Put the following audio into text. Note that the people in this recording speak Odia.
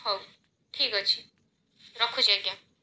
ହଉ ଠିକ୍ ଅଛି ରଖୁଛି ଆଜ୍ଞା